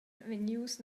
vegnius